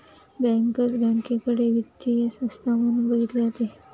bankers बँकेकडे वित्तीय संस्था म्हणून बघितले जाते